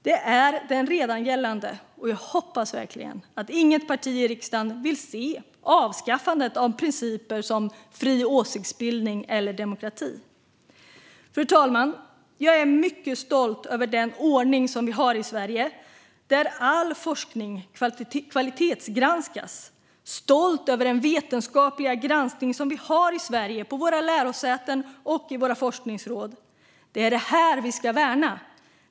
Det är den redan gällande värdegrunden, och jag hoppas verkligen att inget parti i riksdagen vill se ett avskaffande av principer som fri åsiktsbildning eller demokrati. Fru talman! Jag är mycket stolt över den ordning som vi har i Sverige, där all forskning kvalitetsgranskas. Jag är stolt över den vetenskapliga granskning som vi har i Sverige på våra lärosäten och i våra forskningsråd. Det är det här vi ska värna.